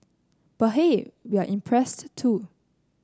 but hey we're impressed too